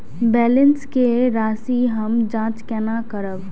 Balance के राशि हम जाँच केना करब?